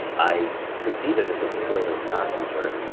i could see that this was a story that was not some sort of